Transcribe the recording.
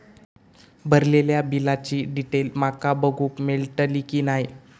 भरलेल्या बिलाची डिटेल माका बघूक मेलटली की नाय?